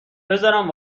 بذارم